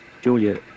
Julia